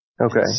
Okay